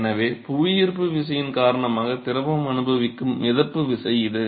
எனவே புவியீர்ப்பு விசையின் காரணமாக திரவம் அனுபவிக்கும் மிதப்பு விசை இது